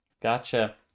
Gotcha